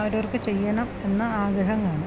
അവരവർക്ക് ചെയ്യണം എന്ന ആഗ്രഹം കാണും